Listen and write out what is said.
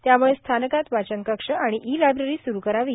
त्यामुळे स्थानकात वाचन कक्ष आणि ई लायब्री सुरू करावी